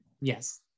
yes